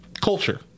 culture